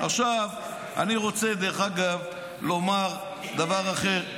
עכשיו אני רוצה לומר דבר אחר,